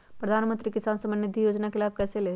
प्रधानमंत्री किसान समान निधि योजना का लाभ कैसे ले?